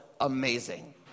amazing